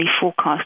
forecast